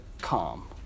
calm